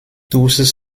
tous